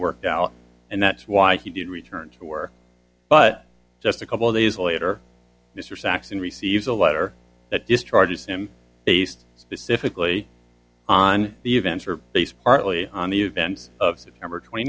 rked out and that's why he did return to work but just a couple days later mr saxton received a letter that discharged him based pacifically on the events were based partly on the events of number twenty